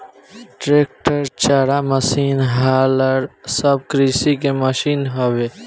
tractor, चारा machine, हालर सब कृषि के मशीन हवे